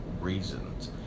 reasons